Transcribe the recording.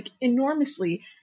enormously